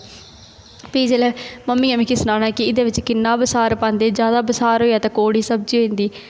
फ्ही जेल्लै मम्मी ने मिकी सनाना कि एहदे बिच्च किन्ना बसार पांदे ज्यादा बसार होई जाए ते कौड़ी सब्जी होई जंदी